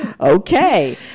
Okay